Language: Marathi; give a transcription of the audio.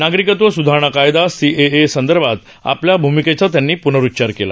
नागरिकत्व सुधारणाकायदा सीएए संदर्भात आपल्या भूमिकेचाप्नरुच्चार केला